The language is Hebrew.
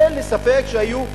אין לי ספק שהיו.